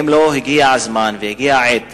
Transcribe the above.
האם לא הגיע הזמן והגיעה העת